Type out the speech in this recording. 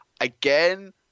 again